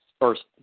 first